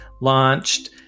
launched